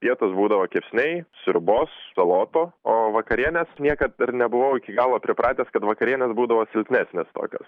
pietūs būdavo kepsniai sriubos salotų o vakarienės niekad ir nebuvau iki galo pripratęs kad vakarienės būdavo silpnesnės tokios